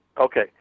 Okay